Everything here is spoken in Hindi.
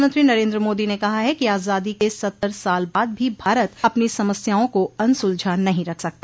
प्रधानमंत्री नरेन्द्र मोदी ने कहा है कि आजादी के सत्तर साल बाद भी भारत अपनी समस्याओं को अनसूलझा नहीं रख सकता